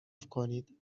کنید